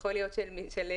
יכול להיות של המשטרה,